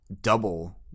double